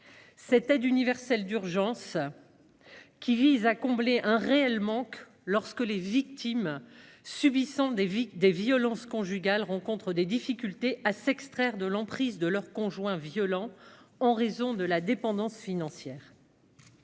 Cette aide universelle d'urgence vise à combler un réel manque lorsque les victimes de violences conjugales rencontrent des difficultés à s'extraire de l'emprise de leur conjoint violent en raison de leur dépendance financière,